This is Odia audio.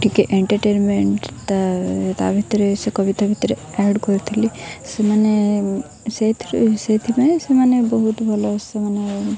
ଟିକେ ଏଣ୍ଟର୍ଟେର୍ମେଣ୍ଟ୍ ତା ତା ଭିତରେ ସେ କବିତା ଭିତରେ ଆଡ଼୍ କରିଥିଲି ସେମାନେ ସେଇଥିରୁ ସେଇଥିପାଇଁ ସେମାନେ ବହୁତ ଭଲ ସେମାନେ